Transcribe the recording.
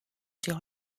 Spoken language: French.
sur